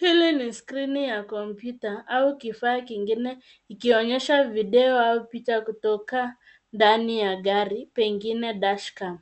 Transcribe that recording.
Hili ni skrini ya kompyuta au kifaa kingine ikionyesha video au picha kutoka ndani ya gari pengine dash cam .